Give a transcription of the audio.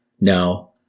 now